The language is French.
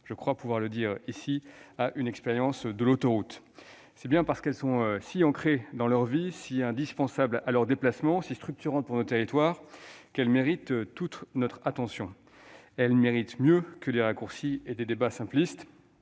Mais tous les Français ont une expérience de l'autoroute. C'est parce qu'elles sont si ancrées dans leur vie, si indispensables à leurs déplacements, si structurantes pour nos territoires, qu'elles méritent toute notre attention. Elles méritent plus que des raccourcis et des débats simplistes.